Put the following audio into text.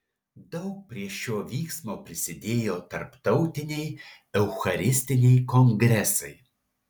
daug prie šio vyksmo prisidėjo tarptautiniai eucharistiniai kongresai